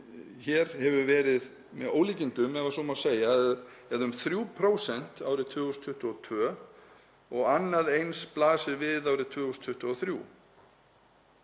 hér hefur verið með ólíkindum, ef svo má segja, eða um 3% árið 2022 og annað eins blasir við árið 2023.